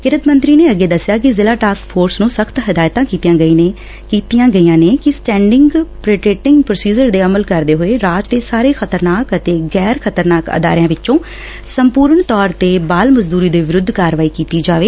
ਕਿਰਤ ਮੰਤਰੀ ਨੇ ਅੱਗੇ ਦੱਸਿਆ ਕਿ ਜਿਲਾ ਟਾਸਕ ਫੋਰਸ ਨੂੰ ਸਖਤ ਹਦਾਇਤਾਂ ਕੀਤੀ ਗਈਆਂ ਨੇ ਕਿ ਸਟੈਂਡਿੰਗ ਪਰੇਟਿੰਗ ਪ੍ਰੋਸੀਜਰ ਤੇ ਅਮਲ ਕਰਦੇ ਹੋਏ ਰਾਜ ਦੇ ਸਾਰੇ ਖਤਰਨਾਕ ਅਤੇ ਗੈਰ ਖਤਰਨਾਕ ਅਦਾਰਿਆਂ ਵਿੱਚੋਂ ਸੰਪੁਰਣ ਤੋਰ ਤੇ ਬਾਲ ਮਜਦੁਰੀ ਦੇ ਵਿਰੁੱਧ ਕਾਰਵਾਈ ਕੀਤੀ ਜਾਵੇ